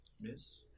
Miss